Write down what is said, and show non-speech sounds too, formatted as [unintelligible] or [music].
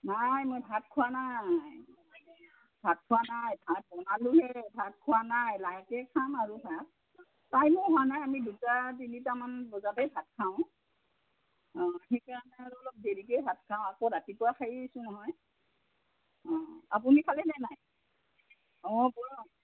নাই মই ভাত খোৱা নাই ভাত খোৱা নাই ভাত বনালোহে ভাত খোৱা নাই লাহেকে খাম আৰু ভাত টাইমো হোৱা নাই আমি দুটা তিনিটামান বজাতেই ভাত খাওঁ অঁ সেইকাৰণে আৰু অলপ দেৰিকেই ভাত খাওঁ আকৌ ৰাতিপুৱা খাই আছোঁ নহয় অঁ আপুনি খালে নে নাই অঁ [unintelligible]